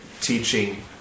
teaching